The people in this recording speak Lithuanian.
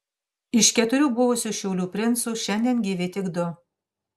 iš keturių buvusių šiaulių princų šiandien gyvi tik du